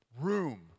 room